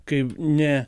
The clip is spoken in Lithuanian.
kai ne